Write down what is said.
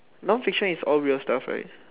non fiction is all real stuff right